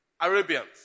Arabians